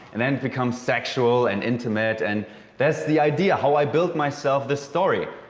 and then it becomes sexual and intimate. and there's the idea how i built myself the story.